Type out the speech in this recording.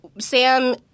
Sam